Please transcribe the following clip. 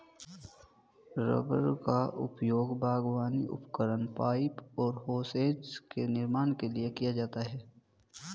rubber का उपयोग बागवानी उपकरण, पाइप और होसेस के निर्माण के लिए किया जाता है